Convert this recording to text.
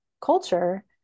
culture